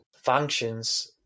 functions